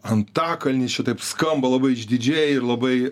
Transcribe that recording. antakalnis čia taip skamba labai išdidžiai ir labai